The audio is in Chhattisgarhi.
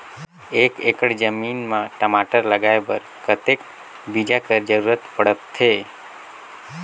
एक एकड़ जमीन म टमाटर लगाय बर कतेक बीजा कर जरूरत पड़थे?